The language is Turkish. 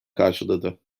karşıladı